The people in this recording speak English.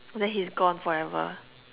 then he's gone forever